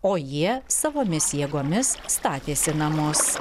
o jie savomis jėgomis statėsi namus